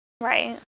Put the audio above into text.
Right